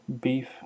beef